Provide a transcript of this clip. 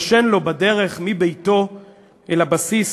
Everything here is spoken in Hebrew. ישן לו בדרך מביתו אל הבסיס